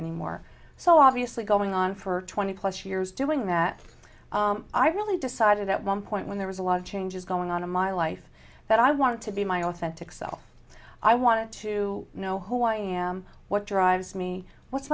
anymore so obviously going on for twenty plus years doing that i really decided at one point when there was a lot of changes going on in my life that i wanted to be my authentic self i want to know who i am what drives me what's